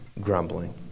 grumbling